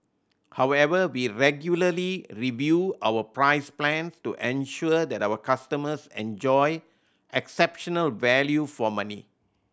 however we regularly review our price plans to ensure that our customers enjoy exceptional value for money